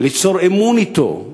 ליצור אמון אתו,